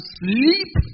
sleep